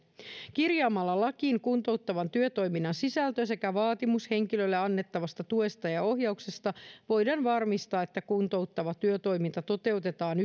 kirjaamalla lakiin kuntouttavan työtoiminnan sisältö sekä vaatimus henkilölle annettavasta tuesta ja ohjauksesta voidaan varmistaa että kuntouttava työtoiminta toteutetaan